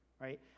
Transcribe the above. right